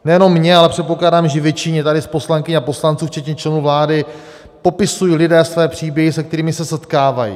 Nejenom mně, ale předpokládám, že většině tady z poslankyň a poslanců včetně členů vlády popisují lidé své příběhy, se kterými se setkávají.